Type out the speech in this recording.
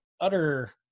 utter